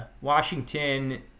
Washington